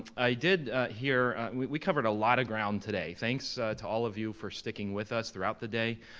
i did hear, we covered a lot of ground today. thanks to all of you for sticking with us throughout the day.